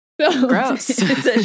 gross